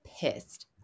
pissed